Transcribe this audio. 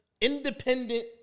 independent